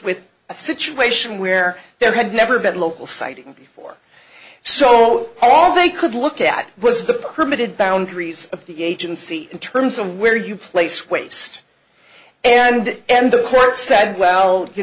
with a situation where there had never been local siting before so all they could look at was the permitted boundaries of the agency in terms of where you place waste and end the court said well you